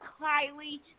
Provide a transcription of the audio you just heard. Kylie